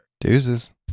Deuces